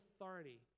authority